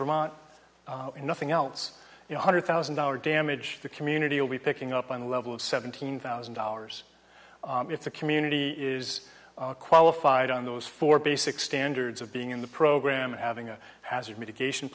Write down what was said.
vermont and nothing else you know hundred thousand dollar damage the community will be picking up on the level of seventeen thousand dollars if the community is qualified on those four basic standards of being in the program having a hazard mitigation